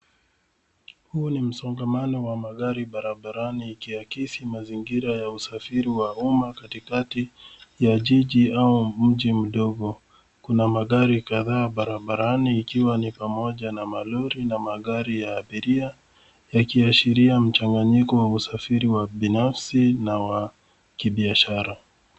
Huu ni msongamano wa magari barabarani ikiakisi mazingira ya usafiri wa umma katikati ya jiji au mji mdogo. Kuna magari kadhaa barabarani ikiwa ni pamoja na malori na magari ya abiria yakiashiria mchanganyiko wa usafiri wa binafsi na wa kibiashara.